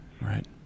right